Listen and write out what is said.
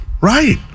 Right